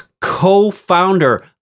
co-founder